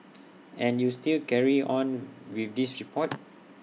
and you still carried on with this report